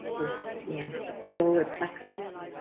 your so your solar plexus.